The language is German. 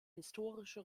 historische